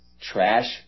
trash